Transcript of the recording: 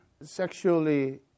sexually